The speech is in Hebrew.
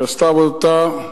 שעשתה עבודתה,